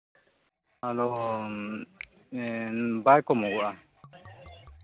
ᱟᱫᱚ ᱵᱟᱭ ᱠᱚᱢᱚᱜᱚᱜᱼᱟ